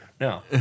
No